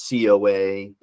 COA